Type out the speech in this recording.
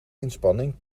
inspanning